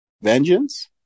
Vengeance